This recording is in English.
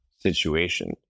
situation